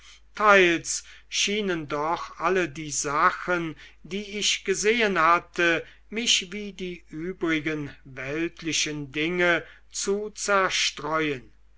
teils schienen doch alle die sachen die ich gesehen hatte mich wie die übrigen weltlichen dinge zu zerstreuen